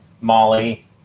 Molly